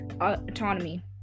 autonomy